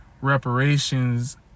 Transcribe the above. reparations